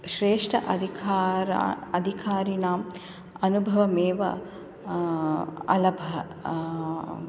श्रेष्ठ अधिकार अधिकारिणाम् अनुभवमेव अलभः